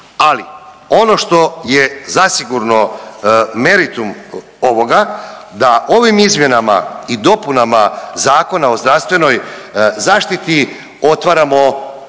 Ali ono što je zasigurno meritum ovoga da ovim izmjenama i dopuna Zakona o zdravstvenoj zaštiti otvaramo